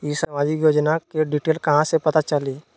ई सामाजिक योजना के डिटेल कहा से पता चली?